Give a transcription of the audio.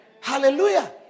hallelujah